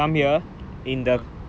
சரி:sari ah